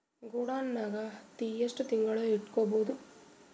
ಗೊಡಾನ ನಾಗ್ ಹತ್ತಿ ಎಷ್ಟು ತಿಂಗಳ ಇಟ್ಕೊ ಬಹುದು?